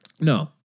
No